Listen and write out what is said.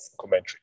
commentary